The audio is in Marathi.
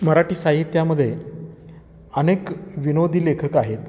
मराठी साहित्यामध्ये अनेक विनोदी लेखक आहेत